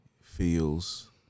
feels